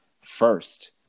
first